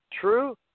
True